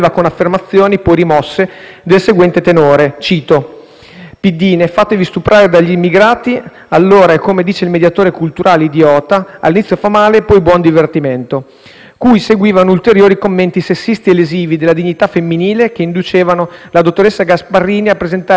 «Piddine, fatevi stuprare dagli immigrati. Allora è come dice il mediatore culturale idiota, all'inizio fa male; poi, buon divertimento». A ciò seguivano ulteriori commenti sessisti e lesivi della dignità femminile, che inducevano la dottoressa Gasparini a presentare querela per i reati di istigazione a delinquere, diffamazione e minaccia.